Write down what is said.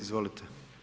Izvolite.